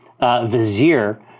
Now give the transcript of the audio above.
Vizier